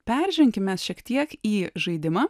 perženkim mes šiek tiek į žaidimą